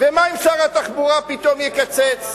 ומה אם שר התחבורה פתאום יקצץ?